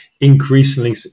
increasingly